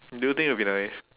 do you think it'll be nice